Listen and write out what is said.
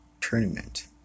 tournament